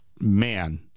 man